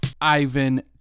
Ivan